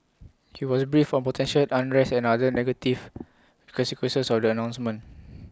he was briefed on potential unrest and other negative consequences of the announcement